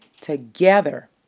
together